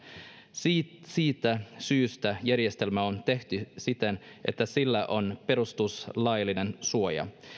siitä siitä syystä järjestelmä on tehty siten että sillä on perustuslaillinen suoja